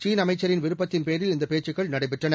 சீன அமைச்சரின் விருப்பத்தின் பேரில் இந்தப் பேச்சுக்கள் நடைபெற்றன